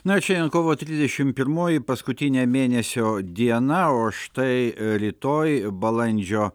na šiandien kovo trisdešimt pirmoji paskutinė mėnesio diena o štai rytoj balandžio